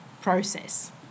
process